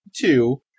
two